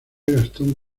gastón